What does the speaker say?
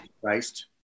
Christ